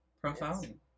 profound